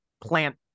plant